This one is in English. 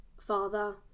father